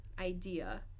idea